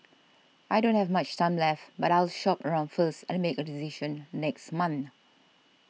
I don't have much time left but I'll shop around first and make a decision next month